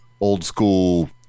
old-school